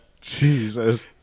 Jesus